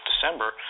December